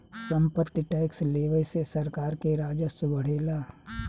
सम्पत्ति टैक्स लेवे से सरकार के राजस्व बढ़ेला